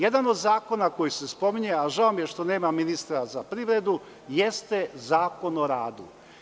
Jedan od zakona koji se spominje, a žao mi je što nema ministra za privredu, jeste Zakon o radu.